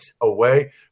away